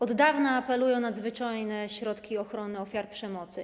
Od dawna apeluję o nadzwyczajne środki ochrony ofiar przemocy.